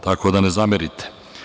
Tako da ne zamerite.